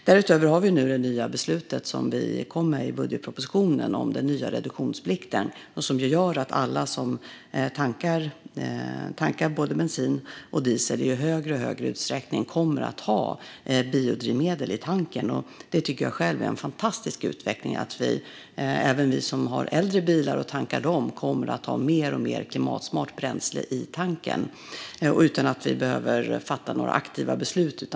Därutöver har vi det nya beslutet i budgetpropositionen om den nya reduktionsplikten som gör att alla som tankar både bensin och diesel i större och större utsträckning kommer att ha biodrivmedel i tanken. Jag tycker att det är en fantastisk utveckling att även vi som har äldre bilar och tankar dem kommer att ha mer och mer klimatsmart bränsle i tanken utan att vi behöver fatta några aktiva beslut.